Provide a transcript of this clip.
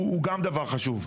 אנחנו פשוט חוששים.